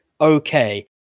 okay